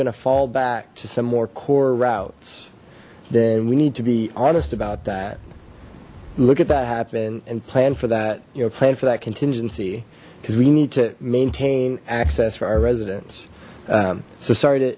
going to fall back to some more core routes then we need to be honest about that look at that happen and plan for that you know plan for that contingency because we need to maintain access for our residents so sorry to